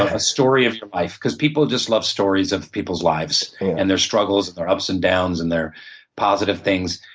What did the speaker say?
a story of your life because people just love stories of people's lives, and their struggles and their ups and downs, and their positive things.